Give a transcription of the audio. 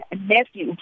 nephew